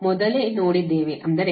ಅಂದರೆ ZC small z